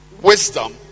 wisdom